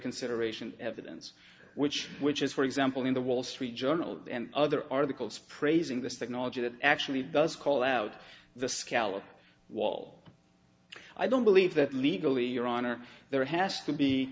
consideration evidence which which is for example in the wall street journal and other articles praising this technology that actually does call out the scallop wall i don't believe that legally your honor there has to be